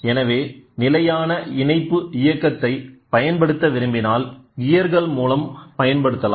எனவே நிலையான இணைப்பு இயக்கத்தை பயன்படுத்த விரும்பினால் கியர்கள் மூலம் பயன்படுத்தலாம்